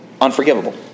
unforgivable